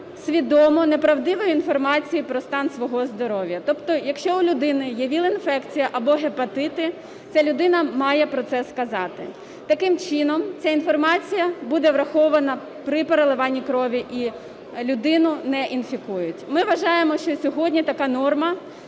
свідомо неправдивої інформації про стан свого здоров'я. Тобто якщо у людини є ВІЛ-інфекція або гепатити, ця людина має про це сказати. Таким чином ця інформація буде врахована при переливанні крові і людину не інфікують. Ми вважаємо, що сьогодні така норма